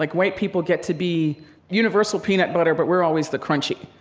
like white people get to be universal peanut butter, but we're always the crunchy.